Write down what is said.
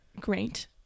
great